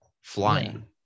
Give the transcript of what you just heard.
flying